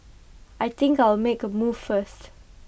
I think I'll make A move first